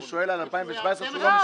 הוא שואל על 2017 שהוא לא משלם.